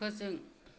फोजों